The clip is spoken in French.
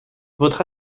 votre